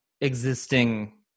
existing